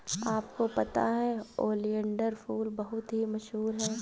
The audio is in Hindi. आपको पता है ओलियंडर फूल बहुत ही मशहूर है